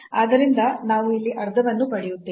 ಆದ್ದರಿಂದ ನಾವು ಅಲ್ಲಿ ಅರ್ಧವನ್ನು ಪಡೆಯುತ್ತೇವೆ